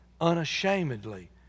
unashamedly